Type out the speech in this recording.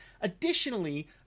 additionally